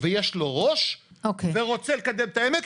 ויש לו ראש ורוצה לקדם את העמק.